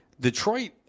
Detroit